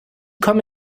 komme